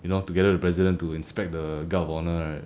you know together with president to inspect the guard of honour right